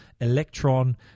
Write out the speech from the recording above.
Electron